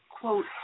quote